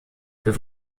für